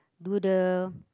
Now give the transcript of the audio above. do the